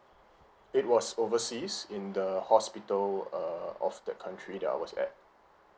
it was overseas in the hospital err of the country that I was at